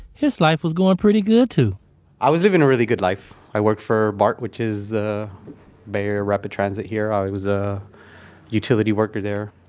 his life was going pretty good too i was living a really good life. i worked for bart, which is the bay area rapid transit here. i was a utility worker there.